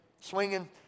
swinging